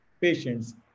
patients